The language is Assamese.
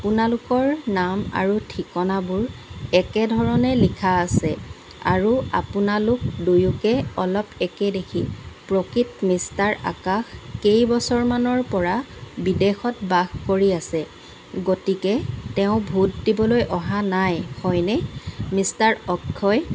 আপোনালোকৰ নাম আৰু ঠিকনাবোৰ একেধৰণে লিখা আছে আৰু আপোনালোক দুয়োকে অলপ একে দেখি প্ৰকৃত মিষ্টাৰ আকাশ কেইবছৰমানৰ পৰা বিদেশত বাস কৰি আছে গতিকে তেওঁ ভোট দিবলৈ অহা নাই হয়নে মিষ্টাৰ অক্ষয়